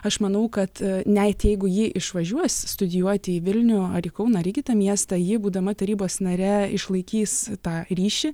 aš manau kad net jeigu ji išvažiuos studijuoti į vilnių ar į kauną ar į kitą miestą ji būdama tarybos nare išlaikys tą ryšį